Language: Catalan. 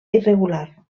irregular